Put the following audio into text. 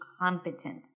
competent